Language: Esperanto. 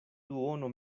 duono